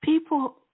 People